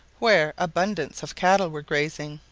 where abundance of cattle were grazing.